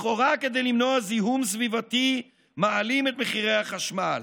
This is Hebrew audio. לכאורה כדי למנוע זיהום סביבתי מעלים את מחירי החשמל.